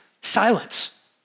silence